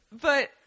But-